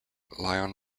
lyon